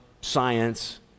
science